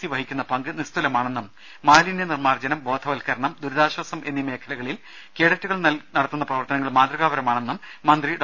C വഹിക്കുന്ന പങ്ക് നിസ്തുലമാണെന്നും മാലിന്യ നിർമ്മാർജനം ബോധവത്കര ണം ദുരിതാശ്വാസം എന്നീ മേഖലകളിൽ കേഡറ്റുകൾ നടത്തുന്ന പ്രവർത്തനങ്ങൾ മാതൃകാപർമാണെന്നും മന്ത്രി ഡോ